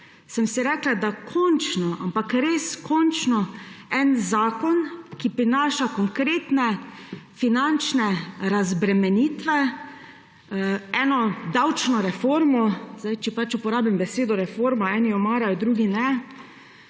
sem si rekla, da končno, ampak res končno en zakon, ki prinaša konkretne finančne razbremenitve, eno davčno reformo – če pač uporabim besedo reforma; eni jo marajo, drugi ne